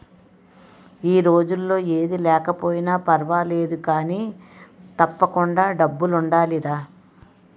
ఈ రోజుల్లో ఏది లేకపోయినా పర్వాలేదు కానీ, తప్పకుండా డబ్బులుండాలిరా